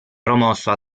promosso